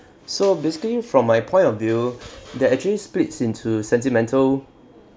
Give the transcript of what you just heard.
so basically from my point of view that actually splits into sentimental